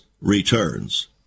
returns